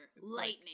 Lightning